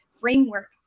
framework